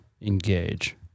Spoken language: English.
engage